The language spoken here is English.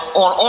on